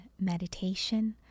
meditation